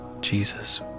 Jesus